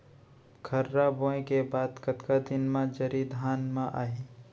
खुर्रा बोए के बाद कतका दिन म जरी धान म आही?